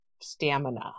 stamina